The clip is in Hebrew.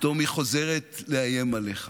פתאום היא חוזרת לאיים עליך,